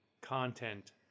content